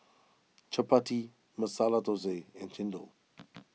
Chappati Masala Thosai and Chendol